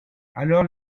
alors